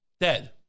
dead